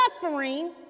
suffering